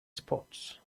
spots